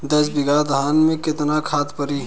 दस बिघा धान मे केतना खाद परी?